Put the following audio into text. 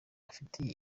afitiye